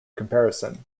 comparison